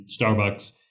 Starbucks